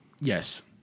yes